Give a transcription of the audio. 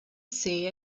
say